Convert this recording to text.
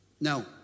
Now